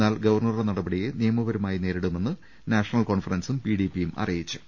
എന്നാൽ ഗവർണറുടെ നടപടിയെ നിയമപരമായി നേരിടുമെന്ന് നാഷണൽ കോൺഫറൻസും പിഡിപിയും അറിയിച്ചു